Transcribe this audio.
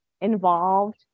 involved